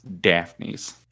Daphne's